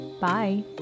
Bye